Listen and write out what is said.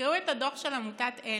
תקראו את הדוח של עמותת עלם,